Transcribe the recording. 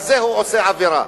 הוא עושה בזה עבירה.